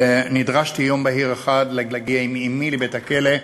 נדרשתי יום בהיר אחד להגיע עם אמי לבית-הכלא,